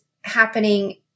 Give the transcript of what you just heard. happening